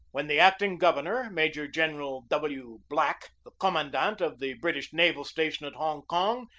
when the acting gov ernor, major-general w. black, the commandant of the british naval station at hong kong,